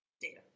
data